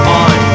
on